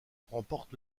remporte